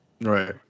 Right